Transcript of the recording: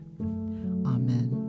Amen